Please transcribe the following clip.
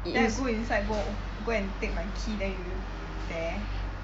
then I go inside go go and take my key then you there